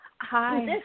Hi